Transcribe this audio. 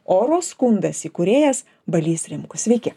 oro skundas įkūrėjas balys rimkus sveiki